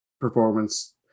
performance